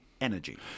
energy